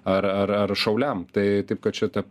ar ar ar šauliam tai taip kad čia ta